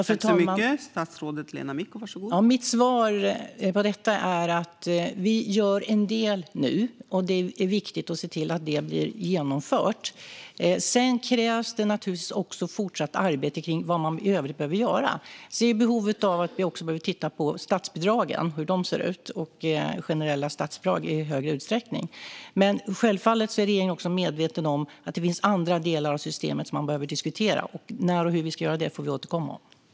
Fru talman! Mitt svar är att vi gör en del nu, och det är viktigt att se till att det blir genomfört. Sedan krävs det naturligtvis fortsatt arbete kring vad man i övrigt behöver göra. Det finns ett behov av att i större utsträckning också titta på de generella statsbidragen. Självfallet är regeringen medveten om att det finns andra delar i systemet som man behöver diskutera. När och hur vi ska göra det får vi återkomma till.